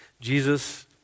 Jesus